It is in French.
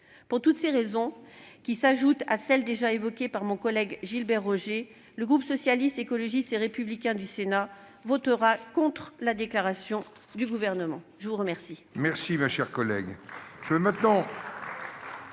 Pour toutes ces raisons, qui s'ajoutent à celles qui ont déjà été évoquées par mon collègue Gilbert Roger, le groupe Socialiste, Écologiste et Républicain du Sénat votera contre la déclaration du Gouvernement. La parole